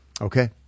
Okay